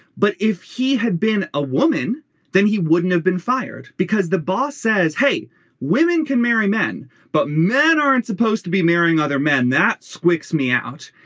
but if he had been a woman then he wouldn't have been fired because the boss says hey women can marry men but men aren't supposed to be marrying other men that squeaks me out.